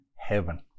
heaven